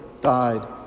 died